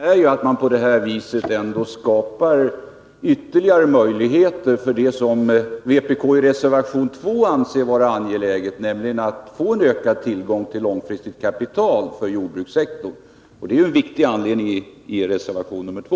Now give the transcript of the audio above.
Fru talman! Anledningen är att man på det sättet skapar ytterligare möjligheter för jordbrukssektorn till det som vpk enligt reservation 2 anser vara angeläget, nämligen att få ökad tillgång till långfristigt kapital. Det är ju en viktig anledning enligt vad som sägs i reservation nr 2!